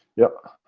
yeah,